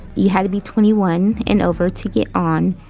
you had to be twenty one and over to get on.